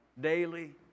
daily